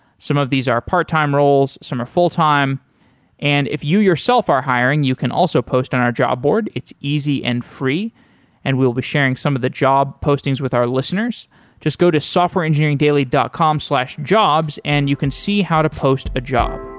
some of these are part time roles, some are full time and if you yourself are hiring, you can also post on our job board, it's easy and free and we'll be sharing some of the job postings with our listeners just go to softwareengineeringdaily dot com slash jobs and you can see how to post a job